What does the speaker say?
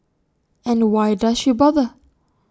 and why does she bother